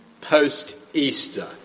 post-Easter